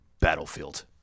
battlefield